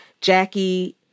Jackie